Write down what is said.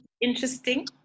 interesting